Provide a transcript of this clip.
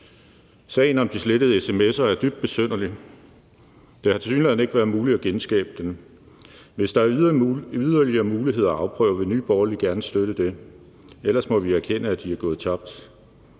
Sagen om de slettede sms'er er dybt besynderlig. Det har tilsyneladende ikke været muligt at genskabe dem. Hvis der er yderligere muligheder at afprøve, vil Nye Borgerlige gerne støtte det. Ellers må vi erkende, at de er gået tabt.